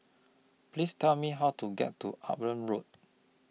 Please Tell Me How to get to Upavon Road